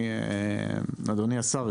אדוני השר,